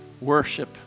worship